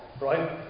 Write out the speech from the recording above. right